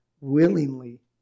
willingly